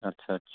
আচ্ছা আাচ্ছা